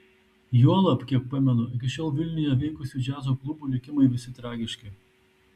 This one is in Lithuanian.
juolab kiek pamenu iki šiol vilniuje veikusių džiazo klubų likimai visi tragiški